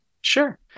Sure